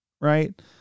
Right